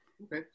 Okay